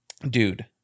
Dude